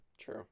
True